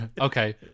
okay